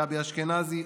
גבי אשכנזי,